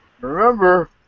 remember